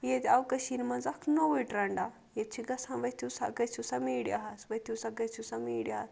ییٚتہِ اَو کٔشیٖرِ منٛز اَکھ نوٕے ٹرینٛڈا ییٚتہِ گژھان ؤتھِو سا گٔژھِو سا میٖڈیاہس ؤتھِو سا گٔژھِو سا میٖڈیاَہس